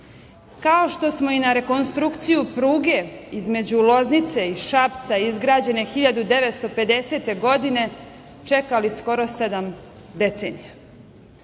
Kao što smo i na rekonstrukciju pruge između Loznice i Šapca izgrađene 1950. godine, čekali skoro sedam decenija